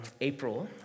April